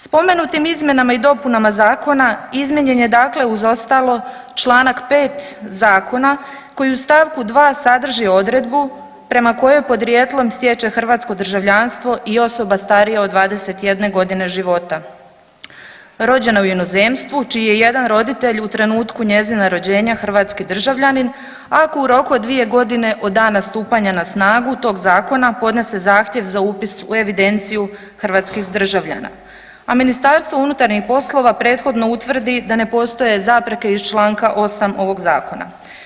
Spomenutim izmjenama i dopunama zakona izmijenjen je dakle uz ostalo čl. 5. zakona koji u st. 2. sadrži odredbu prema kojoj podrijetlom stječe hrvatsko državljanstvo i osoba starija od 21.g. života, rođena u inozemstvu, čiji je jedan roditelj u trenutku njezina rođenja hrvatski državljanin ako u roku od 2.g. od dana stupanja na snagu tog zakona podnese zahtjev za upis u evidenciju hrvatskih državljana, a MUP prethodno utvrdi da ne postoje zapreke iz čl. 8. ovog zakona.